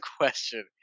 question